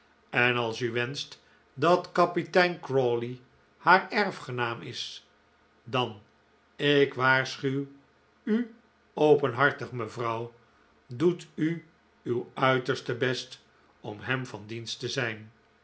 en als u wenscht dat kapitein crawley haar erfgenaam is dan ik waarschuw u openhartig mevrouw doet u uw uiterste best om hem van dienst te zijn